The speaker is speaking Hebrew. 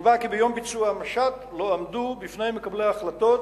נקבע כי ביום ביצוע המשט לא עמדו בפני מקבלי ההחלטות